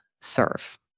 serve